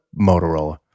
Motorola